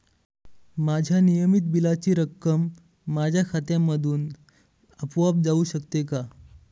माझ्या नियमित बिलाची रक्कम माझ्या खात्यामधून आपोआप जाऊ शकते का?